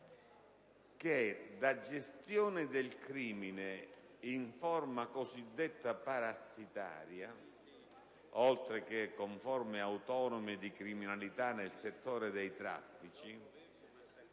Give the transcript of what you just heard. dalla gestione del crimine in forma cosiddetta parassitaria (oltre che con forme autonome di criminalità nel settore dei traffici)